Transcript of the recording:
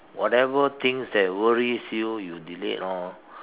whatever things that worries you you delete lor